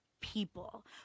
people